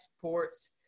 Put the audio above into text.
Ports